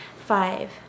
Five